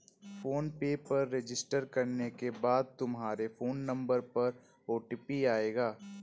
phone पे पर register करने के बाद तुम्हारे फोन नंबर पर ओ.टी.पी आएगा